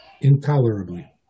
intolerably